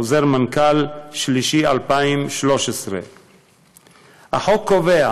חוזר מנכ"ל 3.2013. החוק קובע